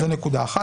זו נקודה אחת.